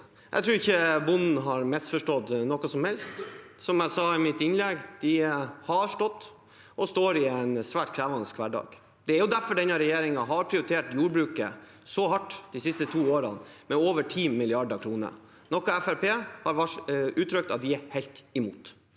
Jeg tror ikke bonden har misforstått noe som helst. Som jeg sa i mitt innlegg: De har stått og står i en svært krevende hverdag. Det er derfor denne regjeringen har prioritert jordbruket så hardt de siste to årene, med over 10 mrd. kr, noe Fremskrittspartiet har uttrykt at de er helt imot.